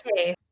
Okay